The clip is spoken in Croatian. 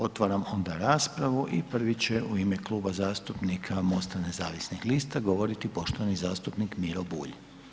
Otvaram onda raspravu i prvi će u ime Kluba zastupnika MOST-a nezavisnih lista govoriti poštovani zastupnik Miro Bulj.